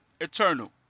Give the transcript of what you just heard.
eternal